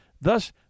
Thus